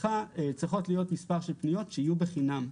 צריכות להיות מספר פניות שיהיו בחינם.